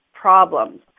problems